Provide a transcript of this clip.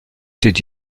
did